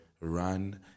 Run